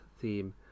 theme